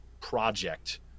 project